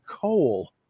coal